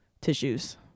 tissues